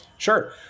Sure